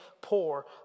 poor